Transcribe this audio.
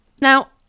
Now